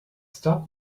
stop